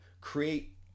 create